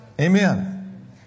amen